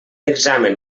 examen